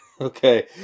Okay